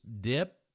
dip